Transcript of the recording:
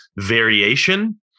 variation